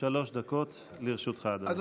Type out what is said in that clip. שלוש דקות לרשותך, אדוני.